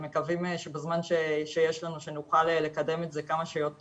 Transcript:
ומקווים שבזמן שיש לנו נוכל לקדם את זה כמה שיותר,